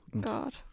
God